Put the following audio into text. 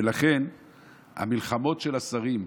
ולכן המלחמות של השרים,